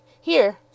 Here